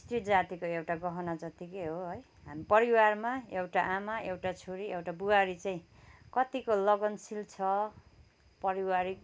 स्त्री जातिको एउटा गहना जतिकै हो है हामी परिवारमा एउटा आमा एउटा छोरी एउटा बुहारी चाहिँ कतिको लगनशिल छ पारिवारिक